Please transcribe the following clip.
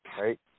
right